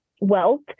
wealth